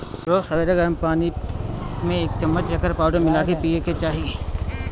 रोज सबेरे गरम पानी में एक चमच एकर पाउडर मिला के पिए के चाही